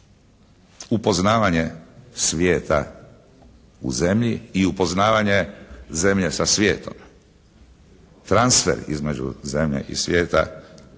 Upoznavanje svijeta u zemlji i upoznavanje zemlje sa svijetom transfer između zemlje i svijeta